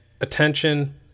attention